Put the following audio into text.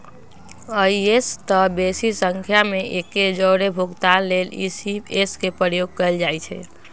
अइसेए तऽ बेशी संख्या में एके जौरे भुगतान लेल इ.सी.एस के प्रयोग कएल जाइ छइ